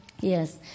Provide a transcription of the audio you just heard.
Yes